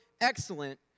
excellent